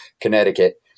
Connecticut